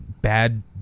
bad